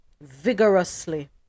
vigorously